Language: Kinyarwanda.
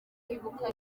kwibuka